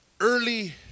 early